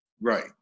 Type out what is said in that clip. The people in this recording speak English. right